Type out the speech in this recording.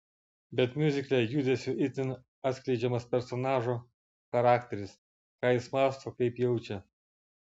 bet miuzikle judesiu itin atskleidžiamas personažo charakteris ką jis mąsto kaip jaučia